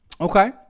Okay